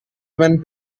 when